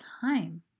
time